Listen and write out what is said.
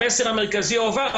המסר המרכזי הועבר,